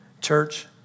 Church